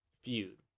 feud